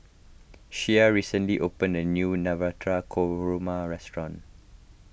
Shea recently opened a new Korma restaurant